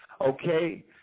Okay